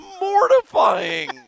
mortifying